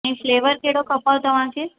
ही फ़्लेवर कहिड़ो खपेव तव्हांखे